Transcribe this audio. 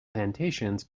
plantations